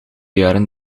jaren